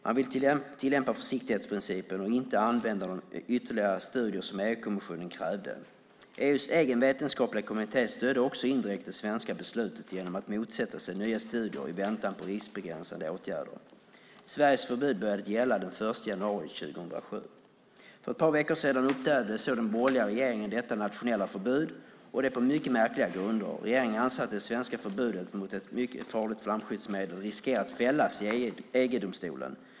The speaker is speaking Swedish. Man ville tillämpa försiktighetsprincipen och inte använda de ytterligare studier som EU-kommissionen krävde. EU:s egen vetenskapliga kommitté stödde också indirekt det svenska beslutet genom att motsätta sig nya studier i väntan på riskbegränsande åtgärder. Sveriges förbud började gälla den 1 januari 2007. För ett par veckor sedan upphävde den borgerliga regeringen detta nationella förbud på mycket märkliga grunder. Regeringen anser att det svenska förbudet mot ett mycket farligt flamskyddsmedel riskerar att fällas i EG-domstolen.